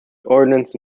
ordnance